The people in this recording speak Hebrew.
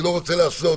אני לא רוצה לעשות